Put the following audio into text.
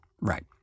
Right